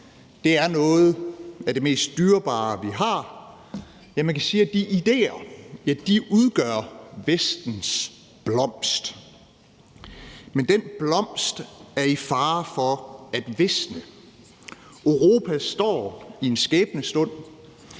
det er noget af det mest dyrebare, vi har. Man kan sige, at de idéer udgør Vestens blomst. Men den blomst er i fare for at visne. Europa står i en skæbnestund.